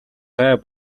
гай